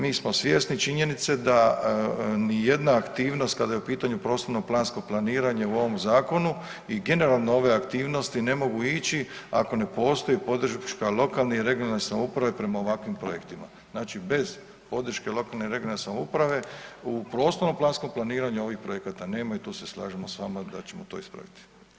Mi smo svjesni činjenice da nijedna aktivnost kada je u pitanju prostorno plansko planiranje u ovom zakonu i generalno ove aktivnosti ne mogu ići ako ne postoji podrška lokalne i regionalne samouprave prema ovakvim projektima, znači bez podrške lokalne i regionalne samouprave u prostorno planskom planiranju ovih projekata nema i tu se slažemo s vama da ćemo to ispraviti.